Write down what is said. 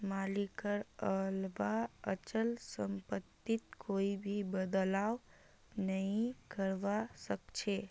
मालिकेर अलावा अचल सम्पत्तित कोई भी बदलाव नइ करवा सख छ